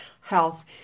health